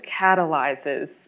catalyzes